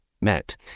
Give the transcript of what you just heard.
met